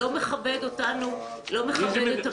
זה לא מכבד אותנו, לא מכבד את הבית.